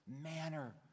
manner